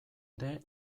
ere